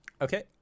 Okay